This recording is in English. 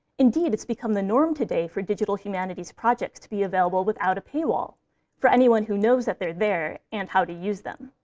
indeed, it's become the norm today for digital humanities projects to be available without a pay wall for anyone who knows that they're there and how to use them.